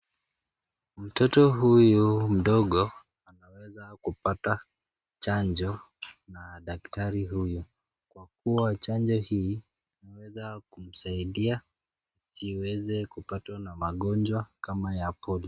Mtoto huyu mdogo ameweza kupata chanjo na daktari huyu, kwa kuwa chanjo hii inaweza kumsaidia asiweze kupata magonjwa kama ya Polio .